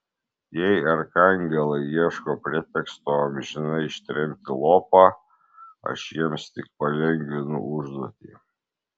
jei arkangelai ieško preteksto amžinai ištremti lopą aš jiems tik palengvinu užduotį